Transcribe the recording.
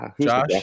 Josh